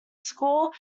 school